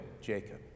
Jacob